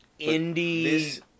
indie